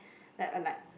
like uh like